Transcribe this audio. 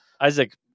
Isaac